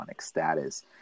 status